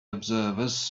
observers